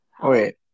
Wait